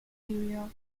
material